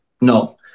No